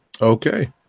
Okay